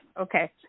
Okay